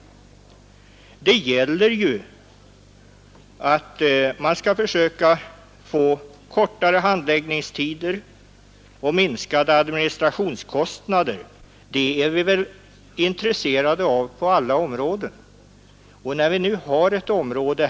Förslaget gäller att man skall försöka få kortare handläggningstider och minskade administrationskostnader. Det är vi väl alla intresserade av att få på alla områden.